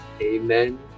Amen